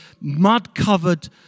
mud-covered